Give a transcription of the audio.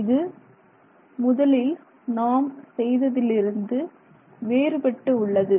இது முதலில் நாம் செய்ததிலிருந்து வேறுபட்டு உள்ளது